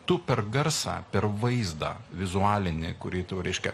tu per garsą per vaizdą vizualinį kurį tau reiškia